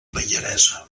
pallaresa